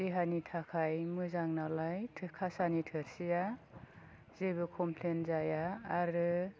देहानि थाखाय मोजां नालाय थो कासानि थोर्सिया जेबो कम्प्लेन जाया आरो